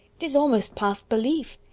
it is almost past belief.